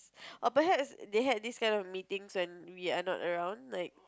or perhaps they had this kind of meetings and we are not around like